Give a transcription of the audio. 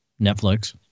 Netflix